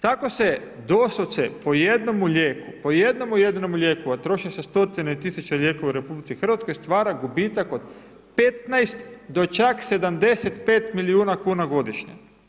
Tako se doslovce po jednomu lijeku, po jednom jedinom lijeku a troši se stotine tisuća lijekova u RH, stvara gubitak od 15 do čak 75 milijuna kuna godišnje.